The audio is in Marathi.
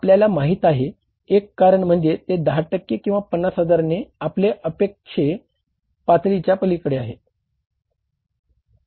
आपल्याला माहित आहे एक कारण म्हणजे ते 10 टक्के किंवा 50 हजारांने आपल्या अपेक्षे पातळीच्या पलीकडे आहे